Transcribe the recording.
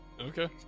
Okay